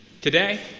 Today